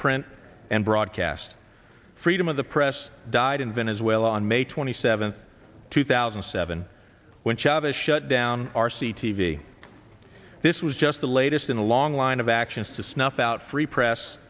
print and broadcast freedom of the press died in venezuela on may twenty seventh two thousand and seven when chavez shut down r c t v this was just the latest in a long line of actions to snuff out free press